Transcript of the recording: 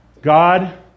God